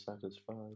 satisfied